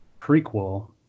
prequel